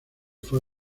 fue